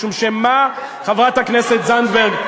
משום שחברת הכנסת זנדברג,